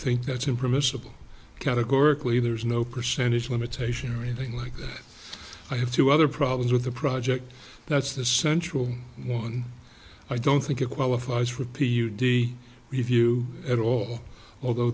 think that's in principle categorically there's no percentage limitation or anything like that i have two other problems with the project that's the central one i don't think it qualifies for p u d review at all although